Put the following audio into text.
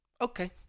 okay